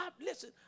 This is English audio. Listen